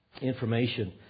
information